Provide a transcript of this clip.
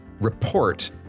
report